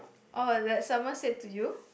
oh that someone said to you